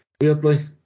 weirdly